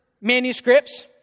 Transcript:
manuscripts